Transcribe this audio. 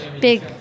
big